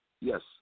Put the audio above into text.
Yes